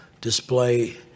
display